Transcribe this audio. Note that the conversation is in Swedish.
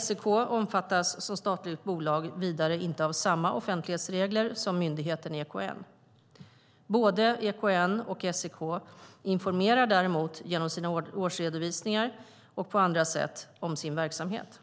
SEK omfattas som statligt bolag vidare inte av samma offentlighetsregler som myndigheten EKN. Både EKN och SEK informerar däremot genom sina årsredovisningar och på andra sätt om sin verksamhet.